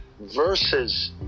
versus